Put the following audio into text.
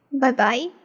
Bye-bye